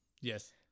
yes